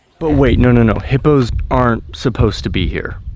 but wait, no no no, hippos aren't supposed to be here.